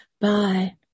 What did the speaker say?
Bye